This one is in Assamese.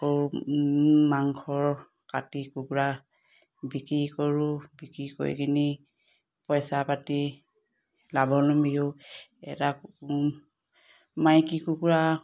মাংস কাটি কুকুৰা বিক্ৰী কৰোঁ বিক্ৰী কৰি কিনি পইচা পাতি এটা মাইকী কুকুৰা